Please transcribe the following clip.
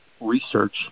research